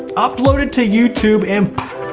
upload it to youtube, and